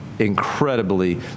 incredibly